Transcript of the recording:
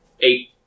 Eight